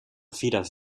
fires